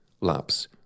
lapse